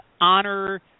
honor